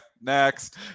next